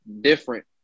different